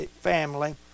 family